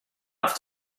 have